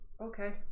Okay